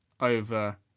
over